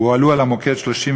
הועלו על המוקד 31